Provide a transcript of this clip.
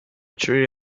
tree